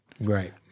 Right